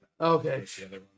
okay